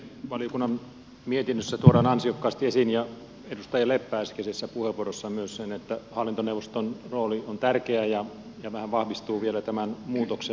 valiokunnan mietinnössä tuodaan ansiokkaasti esiin ja edustaja leppä äskeisessä puheenvuorossaan myös että hallintoneuvoston rooli on tärkeä ja tämähän vahvistuu vielä tämän muutoksen myötä